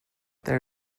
there